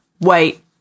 Wait